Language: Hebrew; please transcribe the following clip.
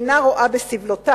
אינה רואה בסבלותם,